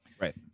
Right